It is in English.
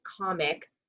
comic